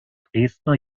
dresdner